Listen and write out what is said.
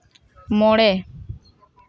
ᱢᱚᱬᱮ